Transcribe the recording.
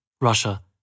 Russia